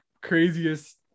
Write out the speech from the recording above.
craziest